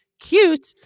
Cute